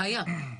שהיה.